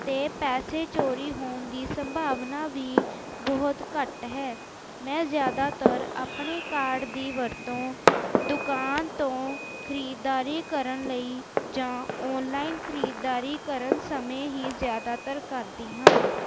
ਅਤੇ ਪੈਸੇ ਚੋਰੀ ਹੋਣ ਦੀ ਸੰਭਾਵਨਾ ਵੀ ਬਹੁਤ ਘੱਟ ਹੈ ਮੈਂ ਜ਼ਿਆਦਾਤਰ ਆਪਣੇ ਕਾਰਡ ਦੀ ਵਰਤੋਂ ਦੁਕਾਨ ਤੋਂ ਖਰੀਦਦਾਰੀ ਕਰਨ ਲਈ ਜਾਂ ਔਨਲਾਈਨ ਖਰੀਦਦਾਰੀ ਕਰਨ ਸਮੇਂ ਹੀ ਜ਼ਿਆਦਾਤਰ ਕਰਦੀ ਹਾਂ